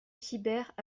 sibert